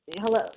hello